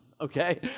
okay